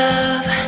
Love